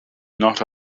not